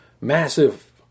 massive